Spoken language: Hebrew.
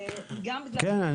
כן,